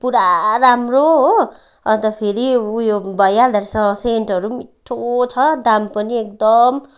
पुरा राम्रो हो अन्त फेरि उयो भइहाल्दो रहेछ सेन्टहरू पनि मिठ्ठो छ दाम पनि एकदम